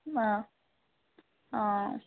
অঁ অঁ